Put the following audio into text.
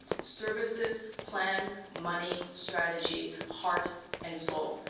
services, plan, money, strategy, heart and soul.